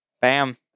Bam